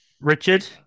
Richard